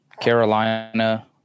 Carolina